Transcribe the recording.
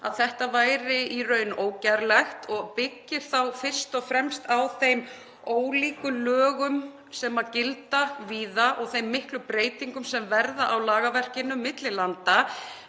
að þetta væri í raun ógerlegt. Byggir það fyrst og fremst á þeim ólíku lögum sem gilda víða og þeim miklu breytingum sem verða á lagaverkinu milli landa